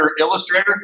illustrator